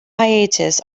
hiatus